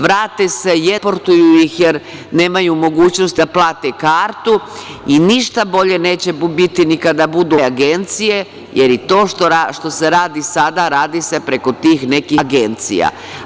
Vrate se jedva, deportuju ih, jer nemaju mogućnosti ni da plate kartu i ništa mu bolje neće biti ni kada budu ove agencije, jer i to što se radi sada, radi se preko tih nekih agencija.